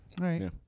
right